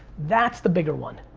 that's the bigger one.